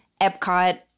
Epcot